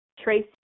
Trace